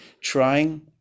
trying